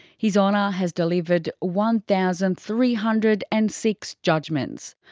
his honour has delivered one thousand three hundred and six judgments.